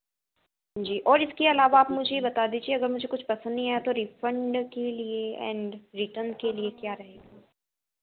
जी और इसके अलावा आप मुझे बता दीजिए अगर मुझे कुछ पसंद नहीं आया तो रिफंड के लिए एण्ड रिटर्न के लिए क्या रहेगा